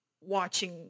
watching